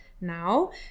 now